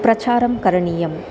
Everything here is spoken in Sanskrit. प्रचारं करणीयम्